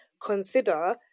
consider